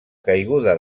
caiguda